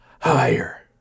Higher